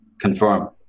confirm